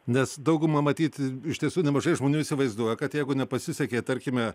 nes dauguma matyt iš tiesų nemažai žmonių įsivaizduoja kad jeigu nepasisekė tarkime